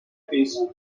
pesa